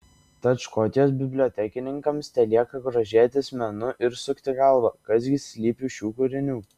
tad škotijos bibliotekininkams telieka grožėtis menu ir sukti galvą kas gi slypi už šių kūrinių